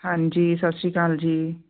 ਹਾਂਜੀ ਸਤਿ ਸ਼੍ਰੀ ਅਕਾਲ ਜੀ